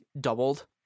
doubled